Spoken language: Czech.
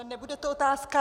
Nebude to otázka.